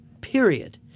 Period